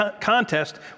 contest